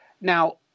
Now